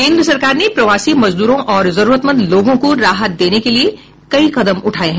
केन्द्र सरकार ने प्रवासी मजदूरों और जरूरतमंद लोगों को राहत देने के लिए कई कदम उठाये हैं